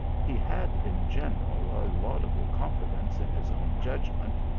he had in general a laudable confidence in his own judgment,